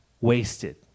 wasted